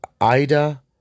Ida